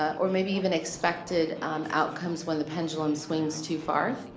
or maybe even expected um outcomes when the pendulum swings too far,